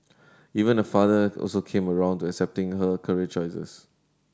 even her father also came round to accepting her career choices